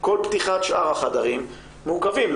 כל פתיחת שאר החדרים מעוכבים,